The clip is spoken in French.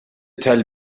tels